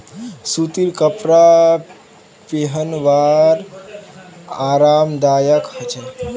सूतीर कपरा पिहनवार आरामदायक ह छेक